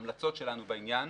המלצות שלנו בעניין